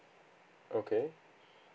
okay